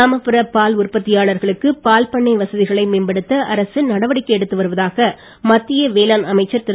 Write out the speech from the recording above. கிராமப்புற பால் உற்பத்தியாளர்களுக்கு பால்பண்ணை வசதிகளை மேம்படுத்த அரசு நடவடிக்கை எடுத்து வருவதான மத்திய வேளாண் அமைச்சர் திரு